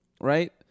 right